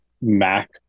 Mac